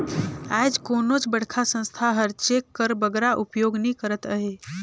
आएज कोनोच बड़खा संस्था हर चेक कर बगरा उपयोग नी करत अहे